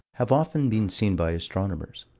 have often been seen by astronomers.